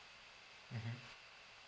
mmhmm